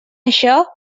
això